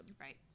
right